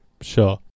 Sure